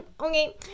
okay